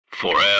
Forever